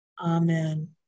Amen